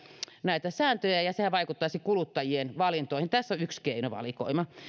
näitä sääntöjä ja ja sehän vaikuttaisi kuluttajien valintoihin tässä on yksi keinovalikoima